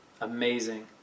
amazing